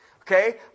Okay